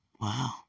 Wow